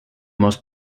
most